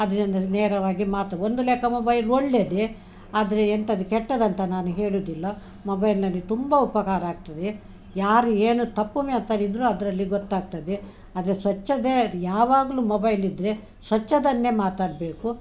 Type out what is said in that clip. ಅದರಿಂದ ನೇರವಾಗಿ ಮಾತು ಒಂದು ಲೆಕ್ಕ ಮೊಬೈಲ್ ಒಳ್ಳೆಯದೇ ಆದರೆ ಎಂತದು ಕೆಟ್ಟದಂತ ನಾನು ಹೇಳುದಿಲ್ಲ ಮೊಬೈಲ್ನಲ್ಲಿ ತುಂಬಾ ಉಪಕಾರ ಆಗ್ತದೆ ಯಾರು ಏನು ತಪ್ಪು ಮಾತಡಿದ್ರೂ ಅದರಲ್ಲಿ ಗೊತ್ತಾಗ್ತದೆ ಆದರೆ ಸ್ವಚ್ಛದೇ ಯಾವಾಗಲೂ ಮೊಬೈಲ್ ಇದ್ದರೆ ಸ್ವಚ್ಛದನ್ನೇ ಮಾತಾಡಬೇಕು